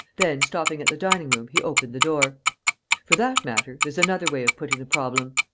then, stopping at the dining-room, he opened the door for that matter, there's another way of putting the problem.